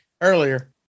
earlier